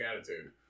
attitude